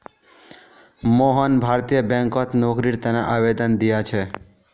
मोहन भारतीय बैंकत नौकरीर तने आवेदन दिया छे